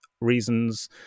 reasons